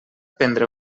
prendre